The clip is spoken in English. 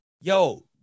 yo